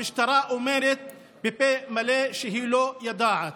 המשטרה אומרת בפה מלא שהיא לא יודעת.